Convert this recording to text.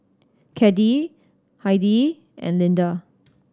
Caddie Heidi and Lynda